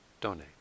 donate